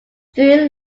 through